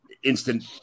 Instant